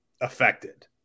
affected